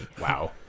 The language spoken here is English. wow